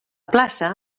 plaça